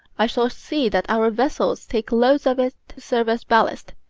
i shall see that our vessels take loads of it to serve as ballast.